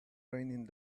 raining